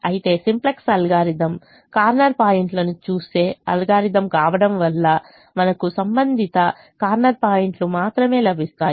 అయితే simplex algorithm corner పాయింట్లను చూసే అల్గోరిథం కావడం వల్ల మనకు సంబంధిత కార్నర్ పాయింట్లు మాత్రమే లభిస్తాయి